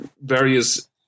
various